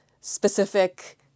specific